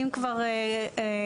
אם כבר דיברתי,